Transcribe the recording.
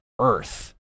Earth